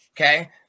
okay